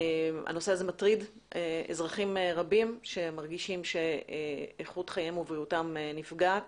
הנושא הזה מטריד אזרחים רבים שמרגישים שאיכות חייהם ובריאותם נפגעת